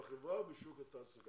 בחברה ובשוק התעסוקה.